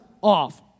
off